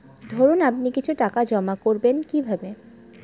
ধরুন আপনি কিছু টাকা জমা করবেন কিভাবে?